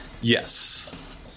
Yes